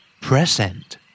present